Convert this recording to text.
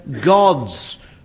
God's